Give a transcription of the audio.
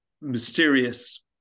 mysterious